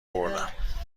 آوردم